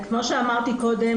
כמו שאמרתי קודם,